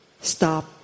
Stop